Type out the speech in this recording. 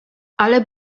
ale